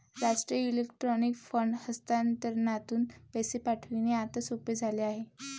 राष्ट्रीय electronic fund हस्तांतरणातून पैसे पाठविणे आता सोपे झाले आहे